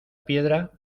piedra